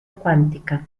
cuántica